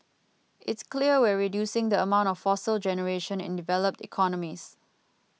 it's clear we're reducing the amount of fossil generation in developed economies